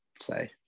say